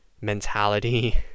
mentality